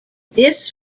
this